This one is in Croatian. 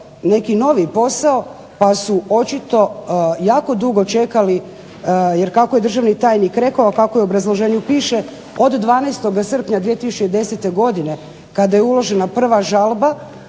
neki novi posao pa su očito jako dugo čekali, jer kako je državni tajnik rekao, kako u obrazloženju piše, od 12. srpnja 2010. godine kada je uložena prva žalba